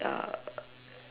err